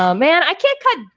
ah man, i can't cut